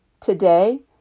today